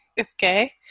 Okay